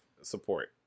support